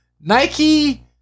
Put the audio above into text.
Nike